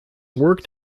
worked